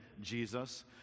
Jesus